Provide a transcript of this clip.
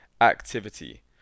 activity